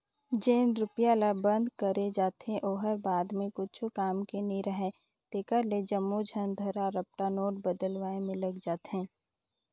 जेन भी रूपिया ल बंद करे जाथे ओ ह बाद म कुछु काम के नी राहय तेकरे ले जम्मो झन धरा रपटा नोट बलदुवाए में लग जाथे